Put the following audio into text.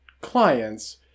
clients